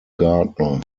gardner